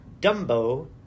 Dumbo